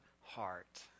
heart